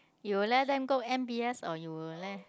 you will let them go m_b_s or you will let